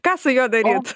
ką su juo daryt